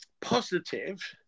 positive